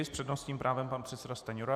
S přednostním právem pan předseda Stanjura.